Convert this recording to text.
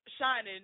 shining